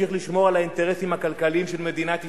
ימשיך לשמור על האינטרסים הכלכליים של מדינת ישראל,